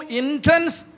intense